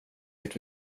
ditt